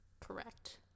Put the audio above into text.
Correct